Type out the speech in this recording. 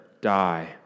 die